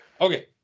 Okay